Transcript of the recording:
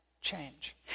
change